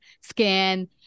scan